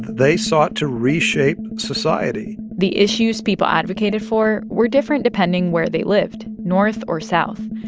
they sought to reshape society the issues people advocated for were different depending where they lived north or south.